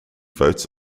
votes